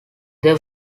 their